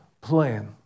plan